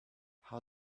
how